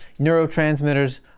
neurotransmitters